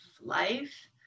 life